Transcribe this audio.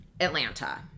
Atlanta